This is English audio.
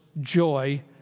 joy